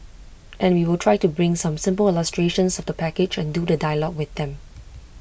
and we will try to bring some simple illustrations of the package and do the dialogue with them